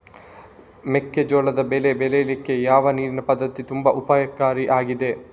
ಮೆಕ್ಕೆಜೋಳದ ಬೆಳೆ ಬೆಳೀಲಿಕ್ಕೆ ಯಾವ ನೀರಿನ ಪದ್ಧತಿ ತುಂಬಾ ಉಪಕಾರಿ ಆಗಿದೆ?